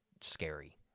scary